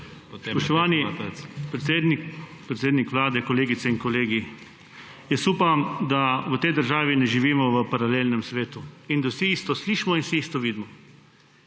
predsednik, predsednik Vlade, kolegice in kolegi! Jaz upam, da v tej državi ne živimo v paralelnem svetu in da vsi isto slišimo in vsi isto vidimo.